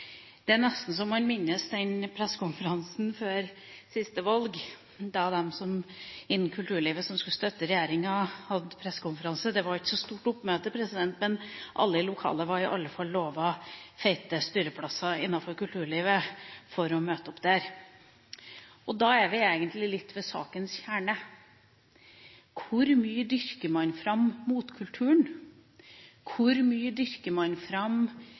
Det er nesten så man minnes en pressekonferanse før siste valg, da de innen kulturlivet som skulle støtte regjeringa, hadde pressekonferanse. Det var ikke så stort oppmøte, men alle i lokalet var i alle fall lovet feite styreplasser innenfor kulturlivet for å møte opp der. Da er vi egentlig litt ved sakens kjerne: Hvor mye dyrker man fram motkulturen? Hvor mye dyrker man fram